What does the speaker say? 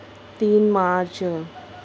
تین مارچ